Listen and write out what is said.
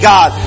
God